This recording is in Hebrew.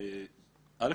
א,